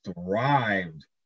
thrived